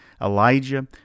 Elijah